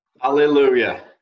Hallelujah